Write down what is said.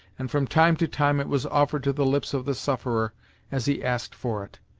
and from time to time it was offered to the lips of the sufferer as he asked for it.